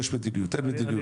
יש מדיניות, אין מדיניות?